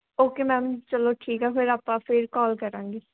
okay ma'am ਚਲੋ ਠੀਕ ਆ ਫਿਰ ਆਪਾਂ ਫਿਰ ਕੋਲ ਕਰਾਂਗੇ